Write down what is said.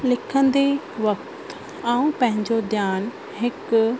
लिखंदे वक़्तु मां पंहिंजो ध्यानु हिकु